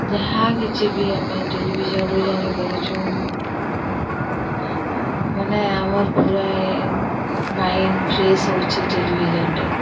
ଯାହା କିଛି ବି ଆମେ ଟେଲିଭିଜନ୍ରୁ ଜାଣି ପାରିଛୁନ୍ ମାନେ ଆମର୍ ପୁରା ମାଇଣ୍ଡ୍ ଫ୍ରେସ୍ ହଉଛେ ଟେଲିଭିଜନ୍ରେ